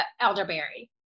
elderberry